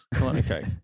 Okay